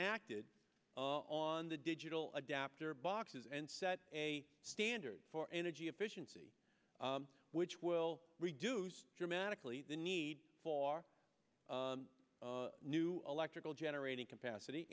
acted on the digital adapter boxes and set a standard for energy efficiency which will reduce dramatically the need for a new electrical generating capacity